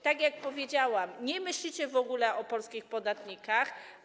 Tak jak powiedziałam, nie myślicie w ogóle o polskich podatnikach.